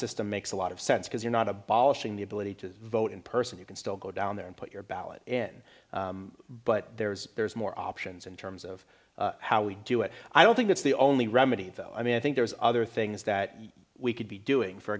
system makes a lot of sense because you're not abolishing the ability to vote in person you can still go down there and put your ballot in but there's there's more options in terms of how we do it i don't think that's the only remedy though i mean i think there's other things that we could be doing for